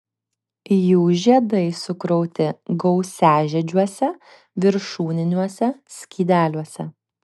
jų žiedai sukrauti gausiažiedžiuose viršūniniuose skydeliuose